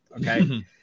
okay